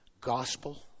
gospel